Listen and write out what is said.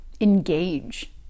engage